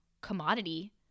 commodity